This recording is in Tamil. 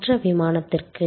மற்ற விமானத்திற்கு